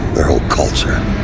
their whole culture,